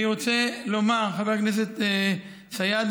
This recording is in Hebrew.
אני רוצה לומר, חבר הכנסת סידה,